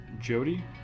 Jody